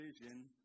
vision